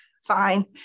fine